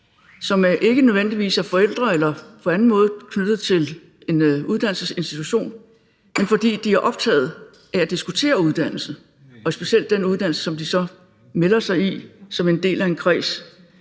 som ikke nødvendigvis er forældre eller på anden måde knyttet til en uddannelsesinstitution, men fordi de er optagede af at diskutere uddannelse og specielt den uddannelse, og de melder sig så til en kreds,